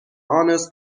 honors